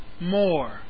more